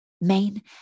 main